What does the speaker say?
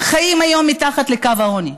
חיים היום מתחת לקו העוני.